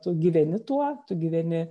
tu gyveni tuo tu gyveni